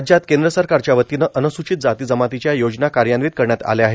राज्यात केंद्र सरकारच्या वतीनं अन्नसूचित जाती जमातीच्या योजना कार्यान्वित करण्यात आल्या आहेत